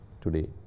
today